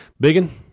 Biggin